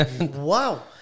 Wow